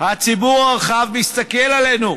הציבור הרחב מסתכל עלינו,